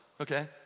okay